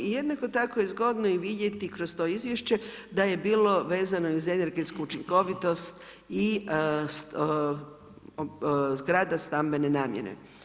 I jednako tako je zgodno i vidjeti kroz to izvješće da je bilo vezano i uz energetsku učinkovitost i zgrada stambene namjene.